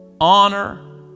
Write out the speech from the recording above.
honor